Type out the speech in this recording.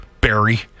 Barry